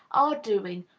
are doing,